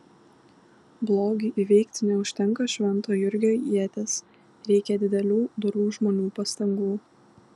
blogiui įveikti neužtenka švento jurgio ieties reikia didelių dorų žmonių pastangų